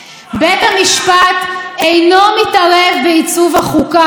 בית המשפט אינו מתערב בעיצוב החוקה.